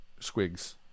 squigs